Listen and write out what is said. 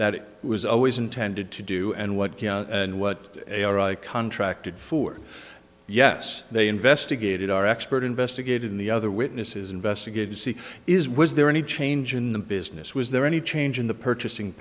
that it was always intended to do and what and what they are i contracted for yes they investigated our expert investigated in the other witnesses investigated c is was there any change in the business was there any change in the purchasing